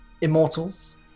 Immortals